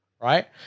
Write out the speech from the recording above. right